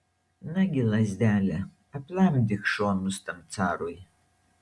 nagi lazdele aplamdyk šonus tam carui